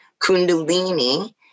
Kundalini